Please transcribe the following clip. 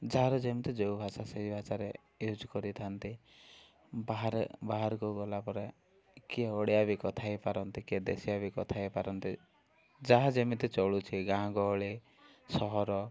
ଯାହାର ଯେମିତି ଯେଉଁ ଭାଷା ସେଇ ଭାଷାରେ ୟୁଜ୍ କରିଥାନ୍ତି ବାହାରେ ବାହାରକୁ ଗଲାପରେ କିଏ ଓଡ଼ିଆ ବି କଥା ହେଇପାରନ୍ତି କିଏ ଦେଶୀଆ ବି କଥା ହେଇପାରନ୍ତି ଯାହା ଯେମିତି ଚଳୁଛି ଗାଁ ଗହଳି ସହର